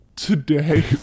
Today